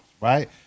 right